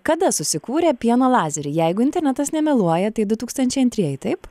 kada susikūrė pieno lazeriai jeigu internetas nemeluoja tai du tūkstančiai antrieji taip